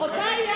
כלכלה,